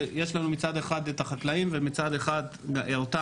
שיש לנו מצד אחד את החקלאים ומצד אחר אותנו,